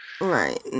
Right